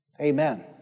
Amen